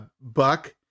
Buck